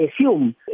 assume